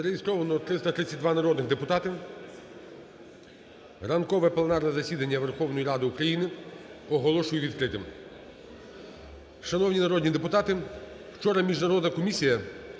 Зареєстровано 332 народних депутати. Ранкове пленарне засідання Верховної Ради України оголошую відкритим. Шановні народні депутати! Вчора міжнародна комісія,